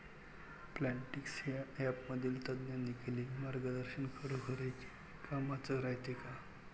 Plantix या ॲपमधील तज्ज्ञांनी केलेली मार्गदर्शन खरोखरीच कामाचं रायते का?